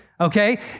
okay